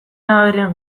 aberrian